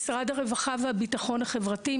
משרד הרווחה והביטחון החברתי,